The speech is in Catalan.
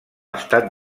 estat